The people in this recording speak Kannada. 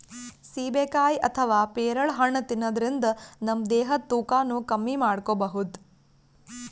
ಸೀಬೆಕಾಯಿ ಅಥವಾ ಪೇರಳೆ ಹಣ್ಣ್ ತಿನ್ನದ್ರಿನ್ದ ನಮ್ ದೇಹದ್ದ್ ತೂಕಾನು ಕಮ್ಮಿ ಮಾಡ್ಕೊಬಹುದ್